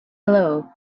blow